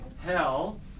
hell